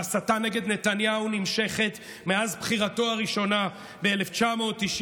ההסתה נגד נתניהו נמשכת מאז בחירתו הראשונה ב-1996.